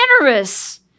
generous